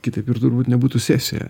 kitaip ir turbūt nebūtų sesija